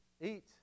Eat